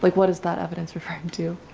like what is that evidence referring to?